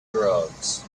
drugs